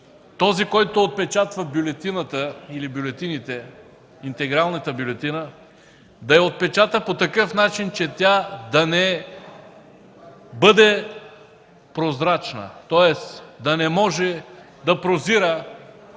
този, който отпечатва бюлетината или бюлетините, интегралната бюлетина, да я отпечата по такъв начин, че тя да не бъде прозрачна. Тоест да не може да прозира